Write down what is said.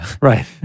Right